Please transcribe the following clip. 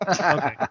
okay